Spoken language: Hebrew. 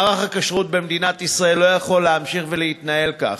מערך הכשרות במדינת ישראל לא יכול להמשיך להתנהל כך.